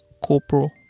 corporal